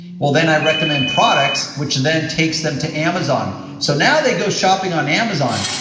well, then i recommend products, which then takes them to amazon, so now they go shopping on amazon,